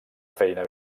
feina